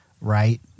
right